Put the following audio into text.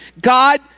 God